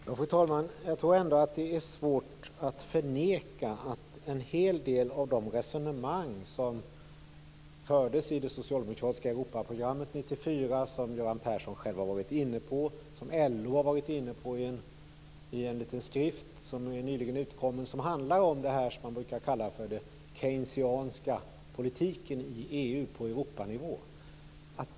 Fru talman! Jag tror ändå att det är svårt att förneka att en hel del av de resonemang som fördes i det socialdemokratiska Europaprogrammet 1994, som Göran Persson själv har varit inne på och som LO varit inne på i en nyligen utkommen skrift som handlar om det som man brukar kalla för den keynesianska politiken i EU på Europanivå.